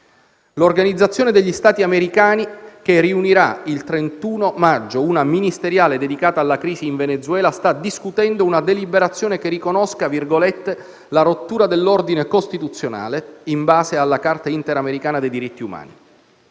L'organizzazione degli Stati americani, che riunirà il 31 maggio una ministeriale dedicata alla crisi in Venezuela, sta discutendo una deliberazione che riconosca «la rottura dell'ordine costituzionale in base alla Corte interamericana dei diritti umani».